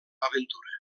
aventura